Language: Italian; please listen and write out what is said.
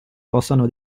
possano